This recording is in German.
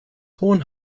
hohen